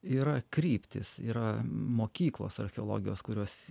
yra kryptys yra mokyklos archeologijos kurios